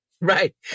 Right